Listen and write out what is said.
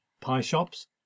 pie-shops